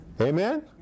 Amen